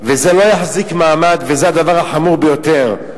וזה לא יחזיק מעמד, וזה הדבר החמור ביותר.